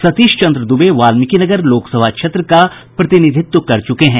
सतीश चंद्र दूबे वाल्मिकीनगर लोकसभा क्षेत्र का प्रतिनिधित्व कर चुके हैं